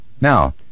Now